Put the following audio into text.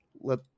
let